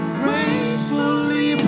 gracefully